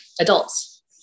adults